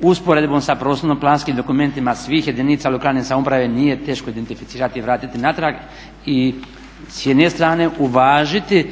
usporedbom sa prostorno planskim dokumentima svih jedinica lokalne samouprave nije teško identificirati i vratiti natrag i s jedne strane uvažiti